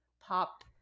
Pop